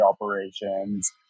operations